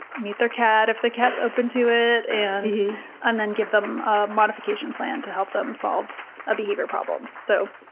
meet their cat if the cat's open to it, and and then give them a modification plan to help them solve a behavior problem. so